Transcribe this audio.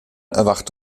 erwacht